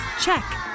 check